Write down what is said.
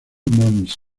mons